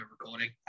recording